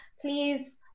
Please